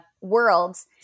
worlds